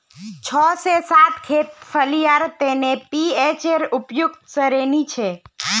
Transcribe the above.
छह से सात खेत फलियार तने पीएचेर उपयुक्त श्रेणी छे